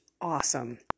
awesome